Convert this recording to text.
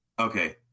Okay